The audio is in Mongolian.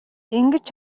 ингэж